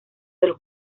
del